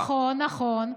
נכון, נכון.